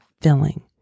filling